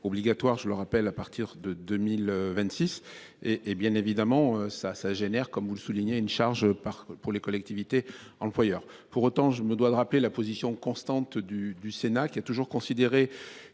obligatoire à partir de 2026. Cela entraîne, comme vous le soulignez, une charge pour les collectivités employeurs. Pour autant, je me dois de rappeler la position constante du Sénat : il a toujours considéré